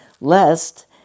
lest